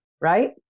right